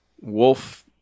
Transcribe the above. wolf